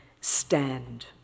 stand